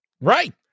right